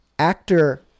Actor